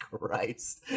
Christ